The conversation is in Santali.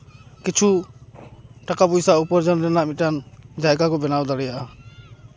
ᱠᱤᱪᱷᱩ ᱴᱟᱠᱟ ᱯᱚᱭᱥᱟ ᱩᱯᱟᱨᱡᱚᱱ ᱨᱮᱱᱟᱜ ᱢᱤᱫᱴᱟᱱ ᱡᱟᱭᱜᱟ ᱠᱚ ᱵᱮᱱᱟᱣ ᱫᱟᱲᱮᱭᱟᱜᱼᱟ